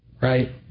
Right